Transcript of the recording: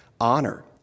honor